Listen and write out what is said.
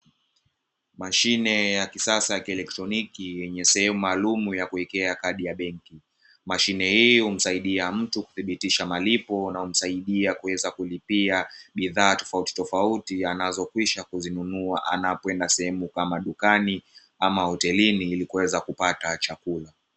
Mashine ya kisasa ya kielektroniki yenye sehemu maalumu ya kuwekea kadi ya benki. Mashine hii humsaidia mtu kuthibitisha malipo na humsaidia kuweza kulipia bidhaa tofautitofauti anazokwisha kuzinunua anapoenda sehemu kama dukani ama hotelini ili kuweza kupata chakula.